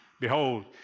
Behold